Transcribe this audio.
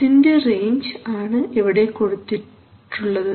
ഇതിൻറെ റെയിഞ്ച് ആണ് ഇവിടെ കൊടുത്തിട്ടുള്ളത്